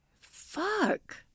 Fuck